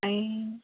ഈ